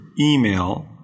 email